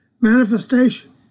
manifestation